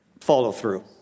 follow-through